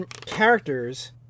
characters